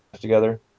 together